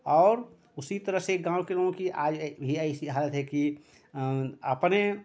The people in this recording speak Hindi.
और उसी तरह से गाँव के लोगों की आज ये ऐसी हालत है कि अपने